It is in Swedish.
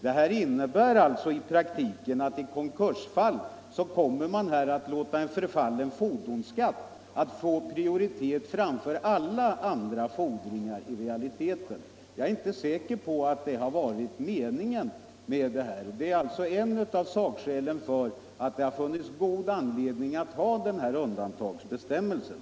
Det innebär alltså i praktiken att man i konkursfall kommer att ge en förfallen fordonsskatt prioritet framför alla andra fordringar — även lönefordringar. Jag är inte säker på att det har varit meningen. Det är bl.a. därför det har funnits god anledning att ha den här undantagsbestämmelsen.